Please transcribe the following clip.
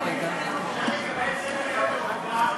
חבר הכנסת גטאס,